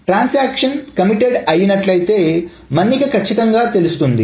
transaction committed అయినట్లయితే మన్నిక కచ్చితంగా తెలియజేస్తుంది